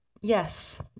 Yes